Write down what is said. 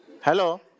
Hello